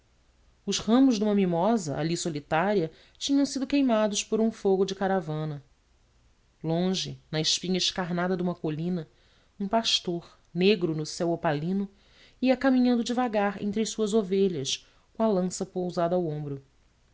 os ramos de uma mimosa ali solitária tinham sido queimados por um fogo de caravana longe na espinha escamada de uma colina um pastor negro no céu opalino ia caminhando devagar entre as suas ovelhas com a lança pousada ao ombro